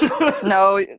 No